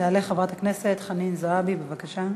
תעלה חברת הכנסת חנין זועבי, בבקשה.